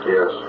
Yes